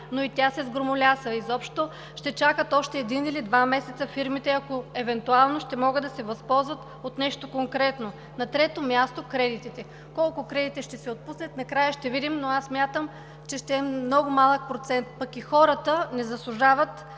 но и тя се сгромоляса. Фирмите ще чакат още един или два месеца, ако евентуално ще могат да се възползват от нещо конкретно. На трето място – кредитите. Колко кредита ще се отпуснат, накрая ще видим, но аз смятам, че ще е много малък процент, пък и хората не заслужават